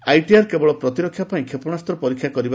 I T R କେବଳ ପ୍ରତିରକ୍ଷା ପାଇଁ କ୍ଷେପଣାସ୍ତ୍ ପରୀକ୍ଷା କରିବ